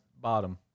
bottom